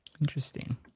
Interesting